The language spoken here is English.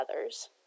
others